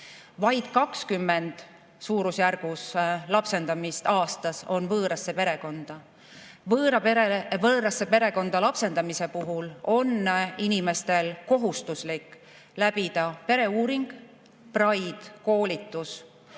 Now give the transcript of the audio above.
Vaid umbes 20 last lapsendatakse aastas võõrasse perekonda. Võõrasse perekonda lapsendamise puhul on inimestel kohustuslik läbida pereuuring, PRIDE koolitus,